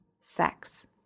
sex